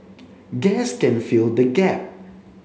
gas can fill the gap